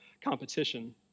competition